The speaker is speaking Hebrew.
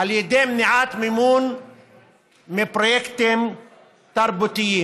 על ידי מניעת מימון מפרויקטים תרבותיים.